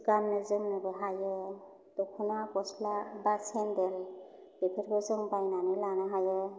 गाननो जोमनोबो हायो दख'ना गस्ला बा सेन्देल बेफोरखौ जों बायनानै लानो हायो